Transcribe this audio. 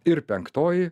ir penktoji